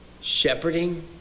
Shepherding